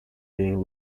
being